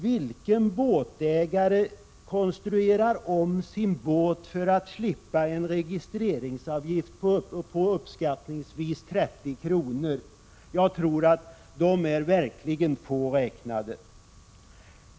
Vilka båtägare konstruerar om sina båtar för att slippa en registreringsavgift på uppskattningsvis 30 kr.? Jag tror att de är lätt räknade.